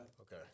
okay